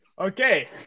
Okay